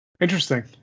interesting